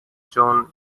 zone